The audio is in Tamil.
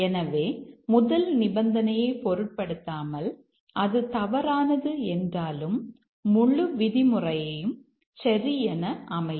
எனவே முதல் நிபந்தனையை பொருட்படுத்தாமல் அது தவறானது என்றாலும் முழு விதிமுறையும் சரி என அமையும்